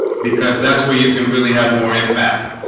because that's where you can really have more impact